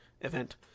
event